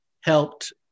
helped